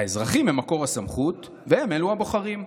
האזרחים הם מקור הסמכות, והם אלו הבוחרים.